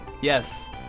Yes